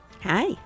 Hi